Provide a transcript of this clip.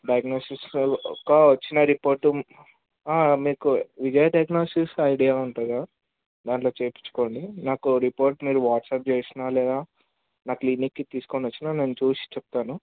డయాగ్నోస్టిక్స్లో ఒక వచ్చిన రిపోర్టు మీకు విజయ డయాగ్నోస్టిక్స్ ఐడియా ఉంటుంది కదా దాంట్లో చేయించుకోండి నాకు రిపోర్ట్స్ మీరు వాట్సాప్ చేసిన లేదా నా క్లినిక్కి తీసుకొచ్చిన నేను చూసి చెప్తాను